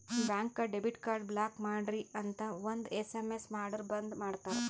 ಬ್ಯಾಂಕ್ಗ debit card block ಮಾಡ್ರಿ ಅಂತ್ ಒಂದ್ ಎಸ್.ಎಮ್.ಎಸ್ ಮಾಡುರ್ ಬಂದ್ ಮಾಡ್ತಾರ